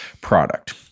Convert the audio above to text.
product